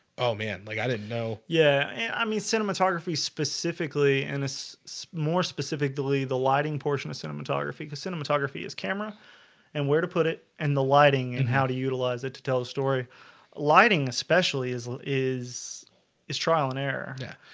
oh man, like i didn't know yeah i mean cinematography specifically and it's more specifically the lighting portion of cinematography because cinematography is camera and where to put it and the lighting and how to utilize it to tell a story lighting especially is is is trial and error. yeah,